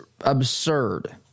absurd